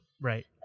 right